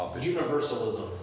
universalism